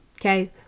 okay